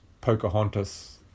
Pocahontas